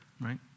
right